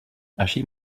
així